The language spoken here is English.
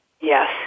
Yes